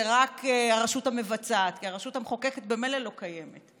זה רק הרשות המבצעת כי הרשות המחוקקת ממילא לא קיימת.